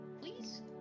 please